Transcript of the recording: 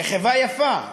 מחווה יפה,